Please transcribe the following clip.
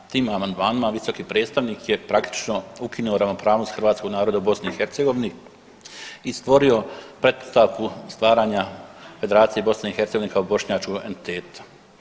Tim amandmanima visoki predstavnik je praktično ukinuo ravnopravnost hrvatskog naroda u BiH i stvorio pretpostavku stvaranja Federacije BiH kao bošnjačkog entiteta.